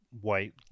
white